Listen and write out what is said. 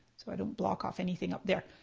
so i don't block off anything up there.